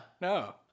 No